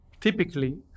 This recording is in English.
typically